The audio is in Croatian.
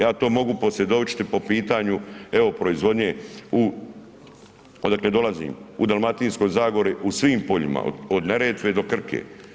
Ja to mogu posvjedočiti po pitanju, evo proizvodnje, odakle dolazim, u Dalmatinskoj zagori u svim poljima, od Neretve do Krke.